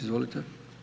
Izvolite.